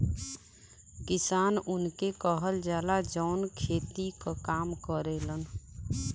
किसान उनके कहल जाला, जौन खेती क काम करलन